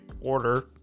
order